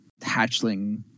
hatchling